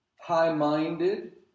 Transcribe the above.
High-minded